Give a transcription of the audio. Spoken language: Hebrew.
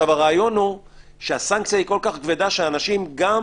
הרעיון הוא שהסנקציה כל כך כבדה שאנשים, גם